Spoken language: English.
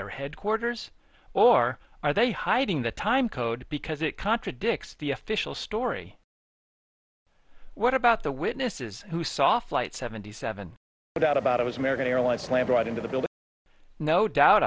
their headquarters or are they hiding the timecode because it contradicts the official story what about the witnesses who saw flight seventy seven but out about it was american airlines plane brought into the building no doubt